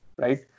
right